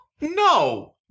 No